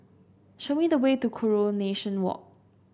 show me the way to Coronation Walk